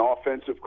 offensive